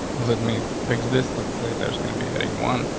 let me fix this. let's say there's gonna be heading one.